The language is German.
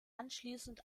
anschließend